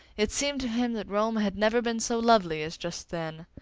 it seemed to him that rome had never been so lovely as just then.